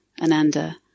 Ananda